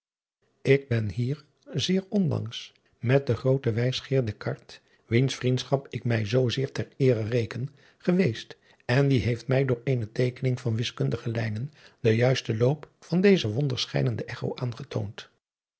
ik ben hier zeer onlangs met den grooten wijsgeer descartes wiens vriendschap ik mij zoo zeer ter eere reken geweest en die heeft mij door eene teekening van wiskundige lijnen den juisten loop van deze wonder schijnende echo aangetoond